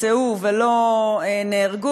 שנפצעו ולא נהרגו?